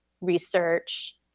research